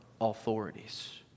authorities